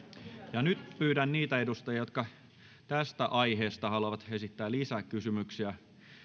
ja nyt pyydän niitä edustajia jotka tästä aiheesta haluavat esittää lisäkysymyksiä